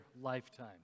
lifetime